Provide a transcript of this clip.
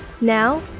Now